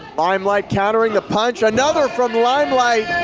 limelight countering the punch. another from limelight,